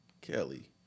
Kelly